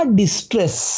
distress